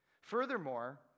Furthermore